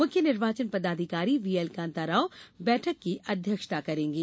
मुख्य निर्वाचन पदाधिकारी व्हीएल कांता राव बैठक की अध्यक्षता करेंगे